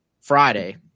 Friday